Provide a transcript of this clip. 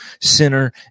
sinner